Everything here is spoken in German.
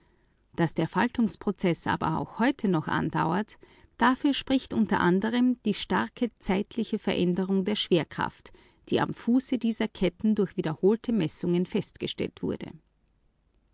daß der faltungsprozeß des himalaja auch heute noch andauert dafür spricht unter anderem auch die starke zeitliche veränderlichkeit der schwerkraft die am fuße seiner ketten durch wiederholte messungen festgestellt wurde